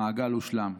המעגל הושלם.